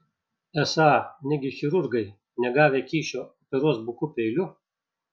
esą negi chirurgai negavę kyšio operuos buku peiliu